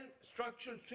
structural